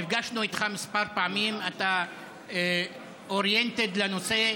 נפגשנו איתך כמה פעמים, אתה oriented לנושא,